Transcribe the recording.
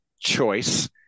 choice